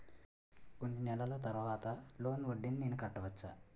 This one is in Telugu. కొన్ని నెలల తర్వాత లోన్ వడ్డీని నేను కట్టవచ్చా?